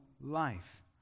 life